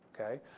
okay